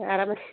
ಆರಾಮ